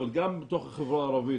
אבל גם בתוך החברה הערבית.